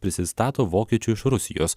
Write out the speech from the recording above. prisistato vokiečiu iš rusijos